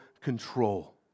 control